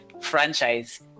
franchise